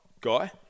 guy